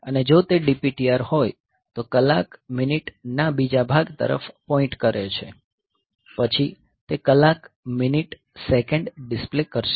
અને જો તે DPTR હોય તો કલાક મિનિટ ના બીજા ભાગ તરફ પોઈન્ટ કરે છે પછી તે કલાક મિનિટ સેકન્ડ ડિસ્પ્લે કરશે